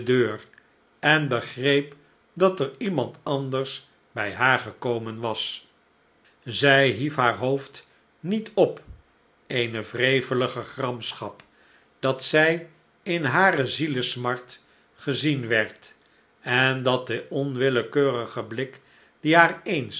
en begreep dat er iemand anders bij haar gekomen was zij hief haar hoofd niet op eene wrevelige gramschap dat zij in hare zielesmart gezien werd en dat de onwillekeurige blik die haar eens